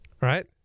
right